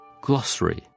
Glossary